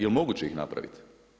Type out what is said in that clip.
Jel moguće ih napraviti?